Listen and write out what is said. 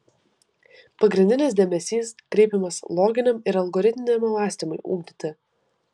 pagrindinis dėmesys kreipiamas loginiam ir algoritminiam mąstymui ugdyti